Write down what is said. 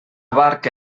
barca